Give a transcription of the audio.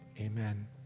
amen